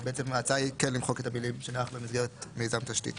ההצעה היא כן למחוק את המילים: שנערך במסגרת מיזם תשתית.